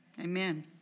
amen